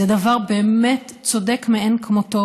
זה דבר צודק מאין כמותו.